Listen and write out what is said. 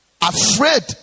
afraid